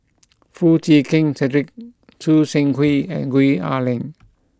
Foo Chee Keng Cedric Choo Seng Quee and Gwee Ah Leng